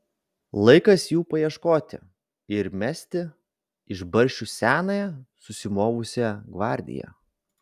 laikas jų paieškoti ir mesti iš barščių senąją susimovusią gvardiją